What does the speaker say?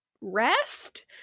rest